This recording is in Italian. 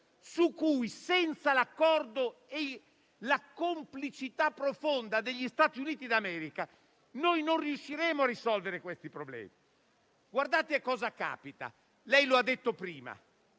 per cui, senza l'accordo e la complicità profonda degli Stati Uniti d'America, non riusciremo a risolvere questi problemi. Pensate a cosa capita, lei lo ha detto prima: